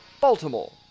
Baltimore